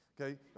Okay